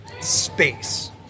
space